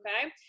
Okay